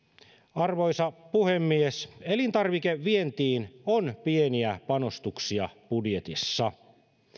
arvoisa puhemies elintarvikevientiin on pieniä panostuksia budjetissa